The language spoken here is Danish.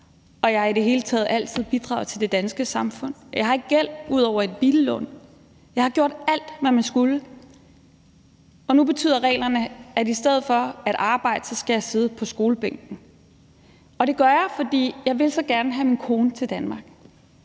og jeg har i det hele taget altid bidraget til det danske samfund. Jeg har ikke gæld ud over et billån. Jeg har gjort alt, hvad man skulle, og nu betyder reglerne, at jeg i stedet for at arbejde skal sidde på skolebænken. Og det gør jeg, fordi jeg så gerne vil have min kone til Danmark,